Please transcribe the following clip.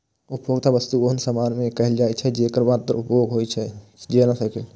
उपभोक्ता वस्तु ओहन सामान कें कहल जाइ छै, जेकर मात्र उपभोग होइ छै, जेना साइकिल